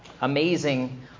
amazing